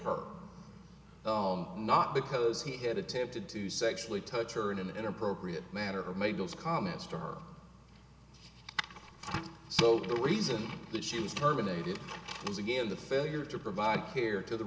her not because he had attempted to sexually touch her in an inappropriate manner or made those comments to her so the reason that she was terminated was again the failure to provide care to the